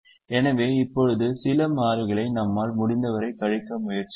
எனவே இப்போது சில மாறிகளை நம்மால் முடிந்தவரை கழிக்க முயற்சிப்போம்